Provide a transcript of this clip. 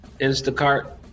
Instacart